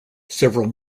several